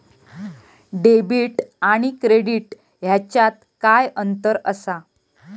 Debit आणि credit ह्याच्यात काय अंतर असा?